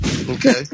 Okay